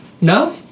No